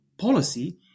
policy